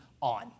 on